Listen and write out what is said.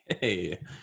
Hey